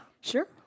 Sure